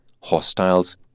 hostiles